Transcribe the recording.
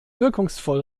wirkungsvoll